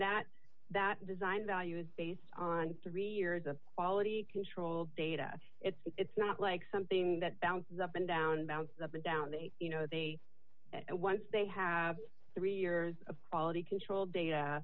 that that design value is based on three years of quality control data it's not like something that bounces up and down bounce up and down they you know they once they have three years of quality control data